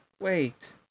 wait